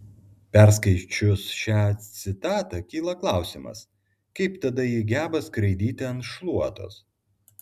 perskaičius šią citatą kyla klausimas kaip tada ji geba skraidyti ant šluotos